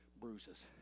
bruises